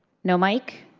no mike?